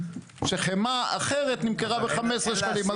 כשחמאה אחרת נמכרה ב-15 שנים.